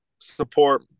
support